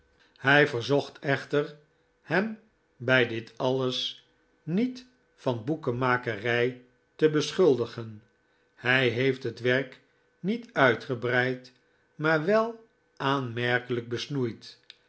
hij verzocht echter hem bij dit alles niet van boekenmakerij te beschuldigen hij heeft het werk niet uitgebreid maar wel aanmerkelijk besnoeid